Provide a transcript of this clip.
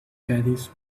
caddies